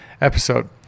episode